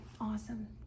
Awesome